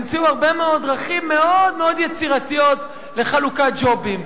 המציאו הרבה מאוד דרכים מאוד מאוד יצירתיות לחלוקת ג'ובים,